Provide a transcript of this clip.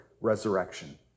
resurrection